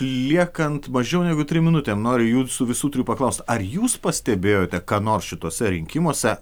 liekant mažiau negu trim minutėm noriu jūsų visų turiu paklausti ar jūs pastebėjote ką nors šituose rinkimuose